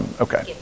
Okay